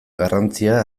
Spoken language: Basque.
garrantzia